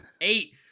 Eight